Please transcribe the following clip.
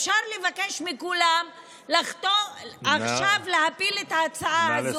אפשר לבקש מכולם עכשיו להפיל את ההצעה הזאת,